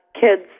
kids